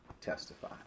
testify